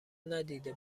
ندیده